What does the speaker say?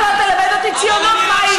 אבל אתה בטח לא תלמד אותי ציונות מהי,